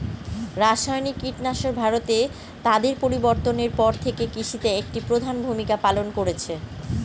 রাসায়নিক কীটনাশক ভারতে তাদের প্রবর্তনের পর থেকে কৃষিতে একটি প্রধান ভূমিকা পালন করেছে